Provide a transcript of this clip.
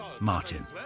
Martin